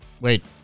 Wait